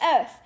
earth